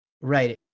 Right